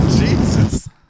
Jesus